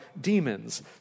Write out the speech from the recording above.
demons